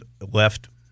left